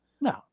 No